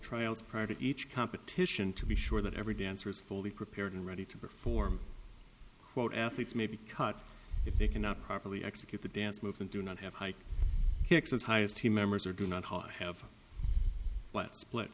tryouts prior to each competition to be sure that every dancer is fully prepared and ready to perform quote athletes may be cut if they cannot properly execute the dance moves and do not have high kicks as high as team members or do not have split